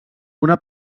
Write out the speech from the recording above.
una